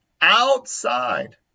Outside